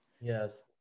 Yes